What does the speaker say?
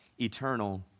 eternal